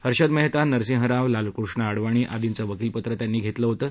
हर्षद मेहता नरसिंह राव लालकृष्ण अडवाणी आर्दीचं वकीलपत्र त्यांनी घेतलं होतं